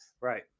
Right